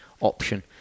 option